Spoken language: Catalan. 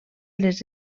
les